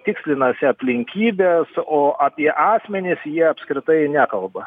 tikslinasi aplinkybes o apie asmenis jie apskritai nekalba